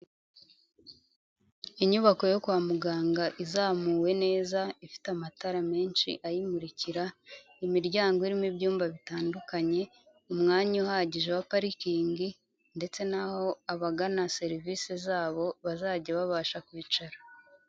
Inyubako yo kwa muganga izamuwe neza ifite amatara menshi ayimurikira, imiryango irimo ibyumba bitandukanye, umwanya uhagije wa parikingi ndetse n'aho abagana serivisi zabo bazajya babasha kwicara.